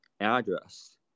address